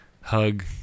hug